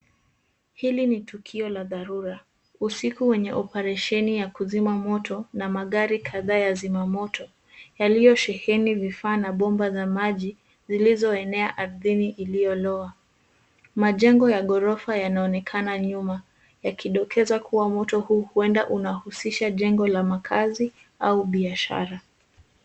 Hili ni tukio la dharura. Usiku wenye operesheni ya kuzima moto na magari kadhaa ya zima moto yaliyosheheni vifaa na bomba za maji zilizoelea ardhini iliyolowa. Majengo ya ghorofa yanaonekana nyuma yakidokeza kuwa huenda moto huu unahusisha jengo la makazi au biashara.